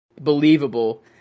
believable